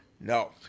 No